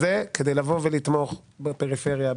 כדי לבוא ולתמוך בפריפריה,